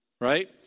Right